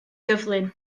gyflym